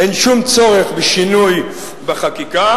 אין שום צורך בשינוי החקיקה.